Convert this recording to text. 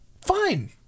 fine